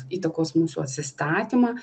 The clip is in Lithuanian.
įtakos mūsų atsistatymą